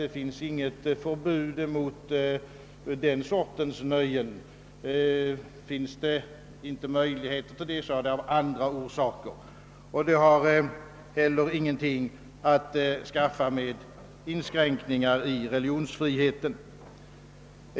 Det finns inget förbud mot den sortens nöjen. Om det inte finns möjlighet till det, är det av andra orsaker. Det har heller ingenting att skaffa med inskränkningar i religionsfriheten.